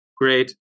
Great